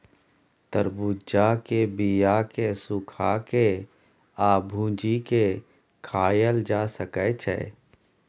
तरबुज्जा के बीया केँ सुखा के आ भुजि केँ खाएल जा सकै छै